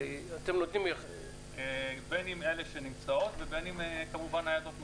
אתם נותנים --- בין עם אלה שנמצאות ובין כמובן עם ניידות נוספות.